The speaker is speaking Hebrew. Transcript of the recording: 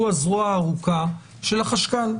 הוא הזרוע הארוכה של החשכ"ל.